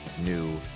new